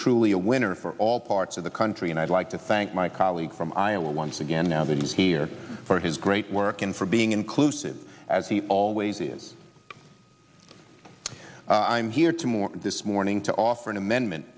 truly a winner for all parts of the country and i'd like to thank my colleague from iowa once again now that he's here for his great work and for being inclusive as he always is i'm here to more this morning to offer an amendment